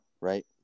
right